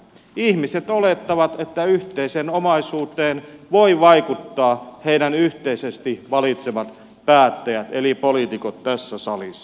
ihmiset olettavat että yhteiseen omaisuuteen voivat vaikuttaa heidän yhteisesti valitsemansa päättäjät eli poliitikot tässä salissa